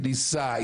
כניסה,